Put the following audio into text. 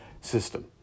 system